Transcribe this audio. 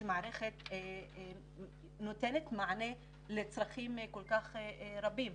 כשהמערכת נותנת מענה לצרכים כל כך רבים.